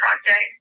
Project